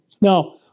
Now